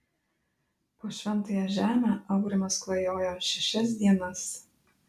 po šventąją žemę aurimas klajojo šešias dienas